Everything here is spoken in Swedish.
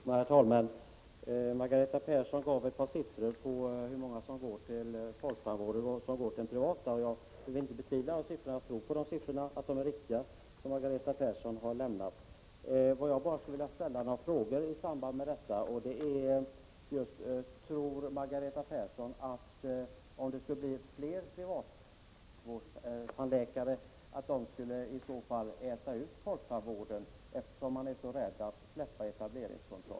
Herr talman! Margareta Persson visade några siffror på hur många som går till folktandvården och hur många som går till privata tandläkare. Jag tvivlar inte på siffrorna, jag tror på att de är riktiga. Jag skulle vilja ställa några frågor i samband med dessa siffror. Tror Margareta Persson — eftersom hon är så rädd att släppa etableringskontrollen — att de privata tandläkarna, om de blev fler, skulle ”äta upp” folktandvården?